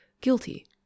guilty